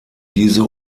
diese